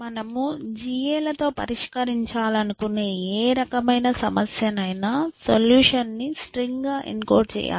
మనము GA లతో పరిష్కరించాలనుకునే ఏ రకమైన సమస్యకైనా సొల్యూషన్ ని స్ట్రింగ్ గా ఎన్కోడ్ చేయాలి